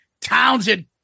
Townsend